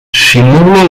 simula